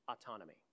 autonomy